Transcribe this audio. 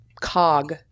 cog